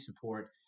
support